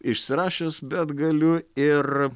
išsirašęs bet galiu ir